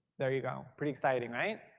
there you go. pretty exciting, right?